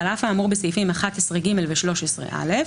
על אף האמור בסעיפים 11(ג) ו-13(א),